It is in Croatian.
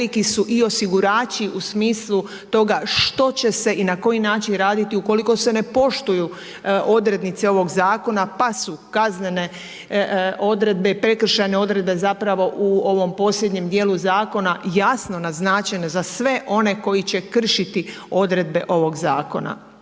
veliki su i osigurači u smislu toga što će se i na koji način raditi ukoliko se ne poštuju odrednice ovog zakona, pa su kaznene odredbe, prekršajne odredbe zapravo u ovom posljednjem dijelu zakona jasno naznačene za sve one koji će kršiti odredbe ovog zakona.